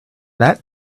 that